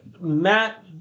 Matt